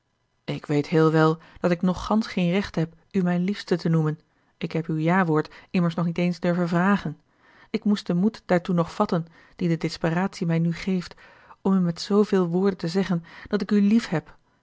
ik weet heel wel dat ik nog gansch geen recht heb u mijn liefste te noemen ik heb uw jawoord immers nog niet eens durven vragen ik moest den moed daartoe nog vatten dien de desperatie mij nù geeft om u met zooveel woorden te zeggen dat ik u liefheb